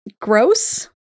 gross